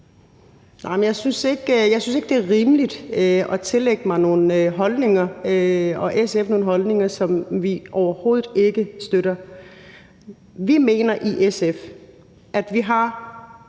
Jeg synes ikke, det er rimeligt at tillægge mig og SF nogle holdninger, som vi overhovedet ikke har. Vi mener i SF, at alle har